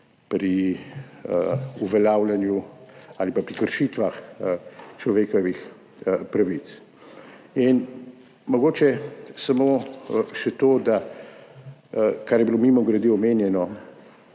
pri uveljavljanju ali pa pri kršitvah človekovih pravic. In mogoče samo še to, kar je bilo mimogrede omenjeno,